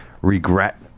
regret